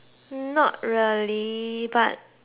really but